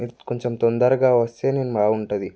మీరు కొంచెం తొందరగా వస్తే నేను బాగా ఉంటుంది